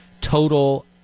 total